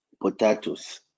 potatoes